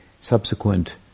subsequent